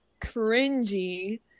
cringy